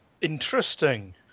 Interesting